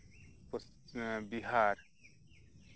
Bihar